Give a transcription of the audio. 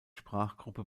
sprachgruppe